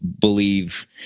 believe